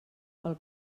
pel